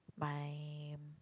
my